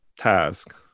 task